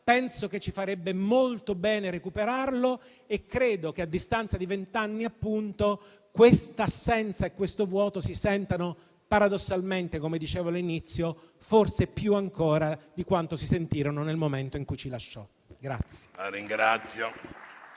Penso che ci farebbe molto bene recuperarlo e credo che, a distanza di vent'anni, la sua assenza e il suo vuoto si sentano paradossalmente - come dicevo all'inizio - forse più ancora di quanto si sentirono nel momento in cui ci lasciò.